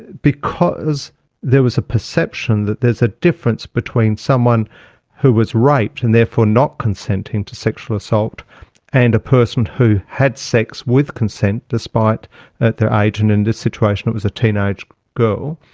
because there was a perception that there's a difference between someone who was raped and therefore not consenting to sexual assault and a person who had sex with consent despite their age, and in this situation it was a teenaged girl,